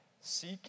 seek